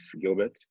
Gilbert